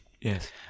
Yes